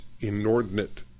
inordinate